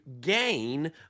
gain